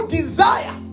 desire